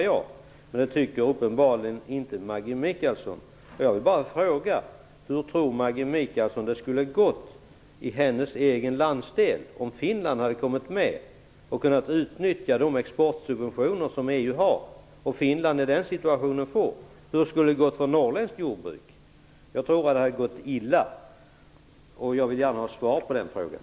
Jag vill bara fråga Maggi Mikaelsson hur hon tror att det skulle ha gått för norrländskt jordbruk, i hennes egen landsdel, om Sverige inte hade kommit med och Finland då kunnat utnyttja de exportsubventioner som EU har. Jag tror att det hade gått illa. Jag vill gärna ha svar på den frågan.